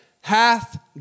hath